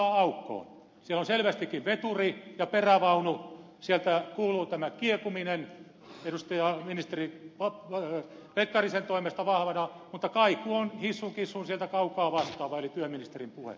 siellä on selvästikin veturi ja perävaunu sieltä kuuluu tämä kiekuminen ministeri pekkarisen toimesta vahvana mutta kaiku on hissun kissun sieltä kaukaa vastaava eli työministerin puhe